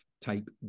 type